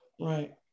Right